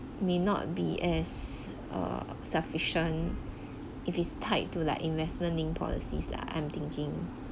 may not be as err sufficient if it's tied to like investment linked policies lah I'm thinking